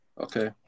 okay